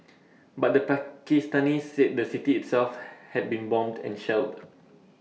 but the Pakistanis said the city itself had been bombed and shelled